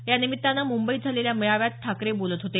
यानिमित्तानं मुंबईत झालेल्या मेळाव्यात ठाकरे बोलत होते